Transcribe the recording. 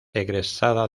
egresada